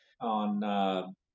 on